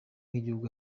nk’igihugu